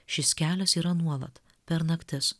šis kelias yra nuolat per naktis